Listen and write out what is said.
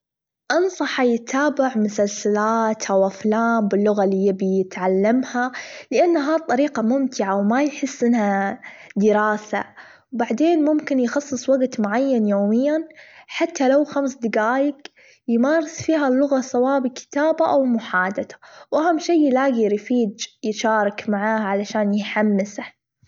أنصحه يتابع مسلسلات أو أفلام باللغة اللي يبي يتعلمها لأن هالطريقة ممتعة وما يحس أنها دراسة، بعدين ممكن يخصص وجت معين يوميًا حتى لو خمس دجايج يمارس فيها اللغة سواء بكتابة أو محادثة وأهم شي يلاجي رفيج يشارك معاه علشان يحمسه.